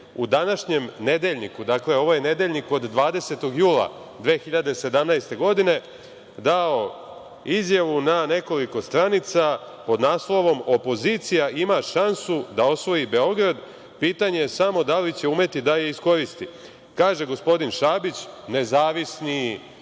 u današnjem „Nedeljniku“, dakle ovo je „Nedeljnik“ od 20. jula 2017. godine, dao izjavu na nekoliko stranica pod naslovom: „Opozicija ima šansu da osvoji Beograd, pitanje je samo da li će umeti da je iskoristi“.Kaže gospodin Šabić, nezavisni